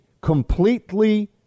completely